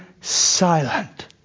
silent